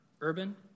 Urban